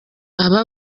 aba